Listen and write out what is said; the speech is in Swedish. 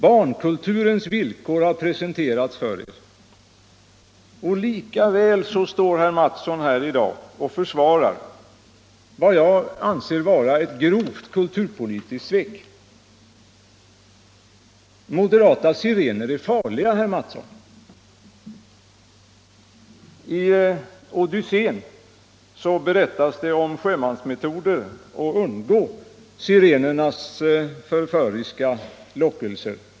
Barnkulturens villkor har presenterats för er. Men likväl försvarar herr Mattsson i dag vad jag anser vara ett grovt kulturpolitiskt svek. Moderata sirener är farliga, herr Mattsson. I Odyssén berättas om sjömansmetoder för att undgå sirenernas förföriska lockelser.